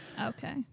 Okay